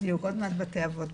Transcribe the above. בדיוק עוד מעט בתי האבות,